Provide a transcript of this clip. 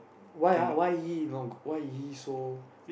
why ah why he not he so